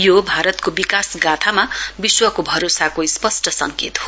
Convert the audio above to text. यो भारतको विकास गाथामा विश्वको भरोसाको स्पस्ट सङ्केत हो